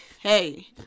hey